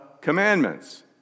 commandments